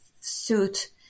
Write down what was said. suit